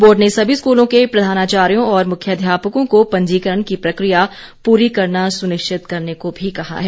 board ने सभी स्कूलों के प्रधानाचार्यो और मुख्यध्यापकों को पंजीकरण की प्रक्रिया पूरी करना सुनिश्चित करने को भी कहा है